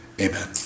amen